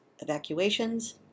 evacuations